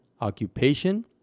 occupation